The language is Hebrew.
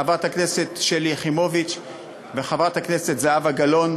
חברת הכנסת שלי יחימוביץ וחברת הכנסת זהבה גלאון,